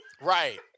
Right